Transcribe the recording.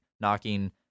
knocking